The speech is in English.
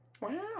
Wow